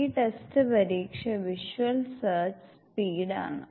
ഈ ടെസ്റ്റ് പരീക്ഷ visual search speed ആണ്